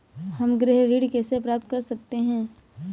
हम गृह ऋण कैसे प्राप्त कर सकते हैं?